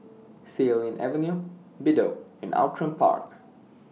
Xilin Avenue Bedok and Outram Park